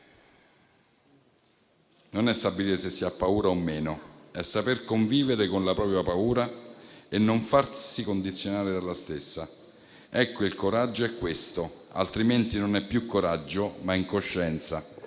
non è stabilire se uno ha paura o meno, è saper convivere con la propria paura e non farsi condizionare dalla stessa». Ecco, il coraggio è questo, altrimenti non è più coraggio, ma incoscienza.